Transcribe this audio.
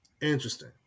interesting